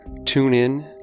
TuneIn